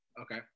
Okay